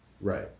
Right